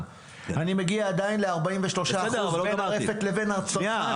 אני מגיע עדיין ל-43% בין הרפת לבין הצרכן.